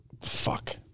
fuck